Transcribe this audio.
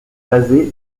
basée